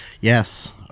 Yes